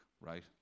right